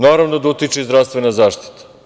Naravno da utiče i zdravstvena zaštita.